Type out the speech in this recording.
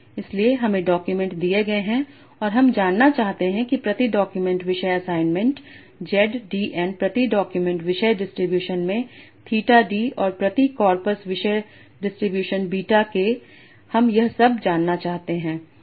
इसलिए हमें डॉक्यूमेंट दिए गए हैं और हम जानना चाहते हैं प्रति डॉक्यूमेंट विषय असाइनमेंट Z d n प्रति डॉक्यूमेंट विषय डिस्ट्रीब्यूशन में थीटा d और प्रति कॉर्पस विषय डिस्ट्रीब्यूशन बीटा k हम यह सब जानना चाहते हैं